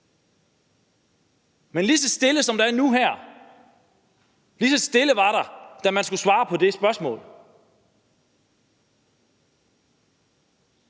dem. Lige så stille som der er nu her, lige så stille var der, da man skulle svare på de spørgsmål.